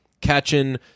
catching